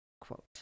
Quote